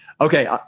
Okay